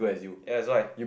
that's why